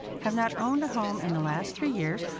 have not owned a home in the last three years,